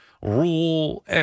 Rule